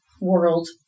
world